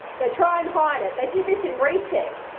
they try and hide it. they did this in recess.